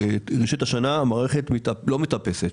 בראשית השנה המערכת לא מתאפסת,